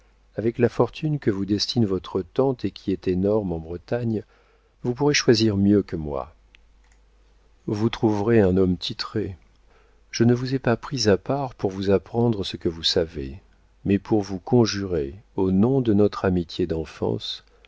avec la fortune que vous destine votre tante et qui est énorme en bretagne vous pourrez choisir mieux que moi vous trouverez un homme titré je ne vous ai pas prise à part pour vous apprendre ce que vous savez mais pour vous conjurer au nom de notre amitié d'enfance